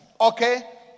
okay